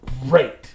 great